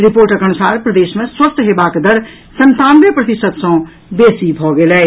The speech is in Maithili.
रिपोर्टक अनुसार प्रदेश मे स्वस्थ हेबाक दर संतानवे प्रतिशत सँ बेसी भऽ गेल अछि